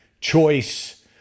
choice